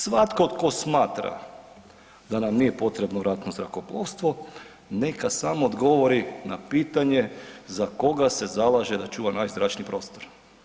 Svatko tko smatra da nam nije potrebno ratno zrakoplovstvo neka samo odgovori na pitanje za koga se zalaže da čuva najzračniji prostor?